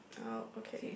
oh okay